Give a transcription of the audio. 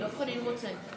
דב חנין רוצה?